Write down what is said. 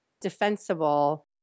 defensible